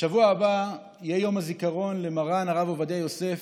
בשבוע הבא יהיה יום הזיכרון למרן הרב עובדיה יוסף,